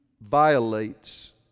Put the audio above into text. violates